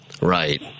Right